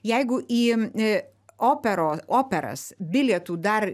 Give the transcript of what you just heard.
jeigu į a opero operas bilietų dar